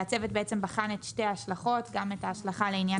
הצוות בחן את שתי ההשלכות גם את ההשלכה על עניין